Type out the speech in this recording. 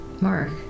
Mark